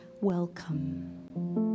welcome